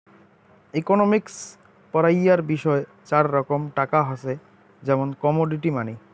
economics পড়াইয়ার বিষয় চার রকম টাকা হসে, যেমন কমোডিটি মানি